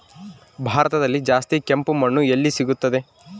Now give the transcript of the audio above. ಭಾರತದಲ್ಲಿ ಜಾಸ್ತಿ ಕೆಂಪು ಮಣ್ಣು ಎಲ್ಲಿ ಸಿಗುತ್ತದೆ?